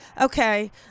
Okay